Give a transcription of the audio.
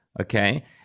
Okay